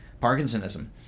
Parkinsonism